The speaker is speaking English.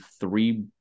three